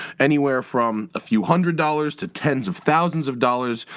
anywhere from a few hundred dollars to tens of thousands of dollars.